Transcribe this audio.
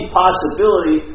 possibility